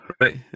right